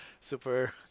super